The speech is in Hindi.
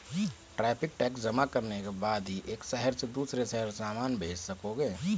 टैरिफ टैक्स जमा करने के बाद ही एक शहर से दूसरे शहर सामान भेज सकोगे